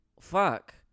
fuck